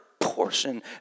portion